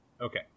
Okay